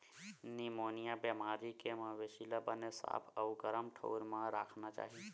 pneumonia बेमारी के मवेशी ल बने साफ अउ गरम ठउर म राखना चाही